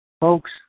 Folks